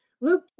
Luke